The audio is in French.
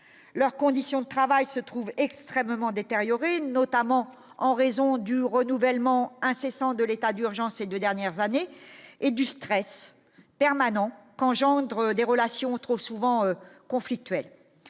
leurs conditions de travail se trouve extrêmement détériorées, notamment en raison du renouvellement incessant de l'état d'urgence ces 2 dernières années et du stress permanent qu'engendre des relations trop souvent conflictuelles,